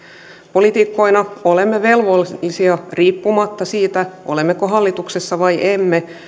poliitikkoina olemme velvollisia riippumatta siitä olemmeko hallituksessa vai emme